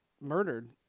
murdered